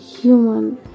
human